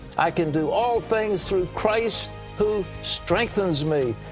i can do all things through christ who strengthens me.